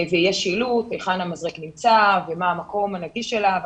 ויש שילוט היכן המזרק נמצא ומה המקום הנגיש אליו.